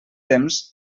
temps